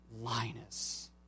Linus